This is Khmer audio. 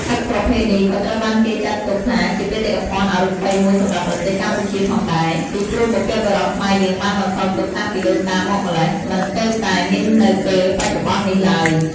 អុកប្រភេទនេះ ក៏ត្រូវបានគេចាត់ទុកថាជាបេតិកភណ្ឌអរូបីមួយសម្រាប់ប្រទេសកម្ពុជាផងដែរ ពីព្រោះបុព្វបុរសខ្មែរយើងបានបន្សល់ទុកតាំងពីដូនតាមកម្លេះ មិនទើបតែមាននៅពែលបច្ចុប្បន្ននេះឡើយ។